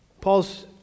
Paul's